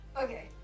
Okay